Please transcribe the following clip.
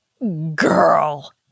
Girl